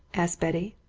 asked betty.